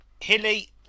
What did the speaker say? Hilly